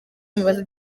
bibazo